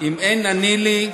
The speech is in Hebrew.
אם אין אני לי,